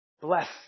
Bless